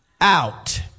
out